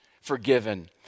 forgiven